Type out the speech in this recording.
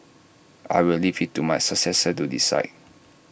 I will leave IT to my successor to decide